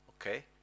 okay